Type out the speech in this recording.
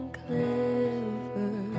clever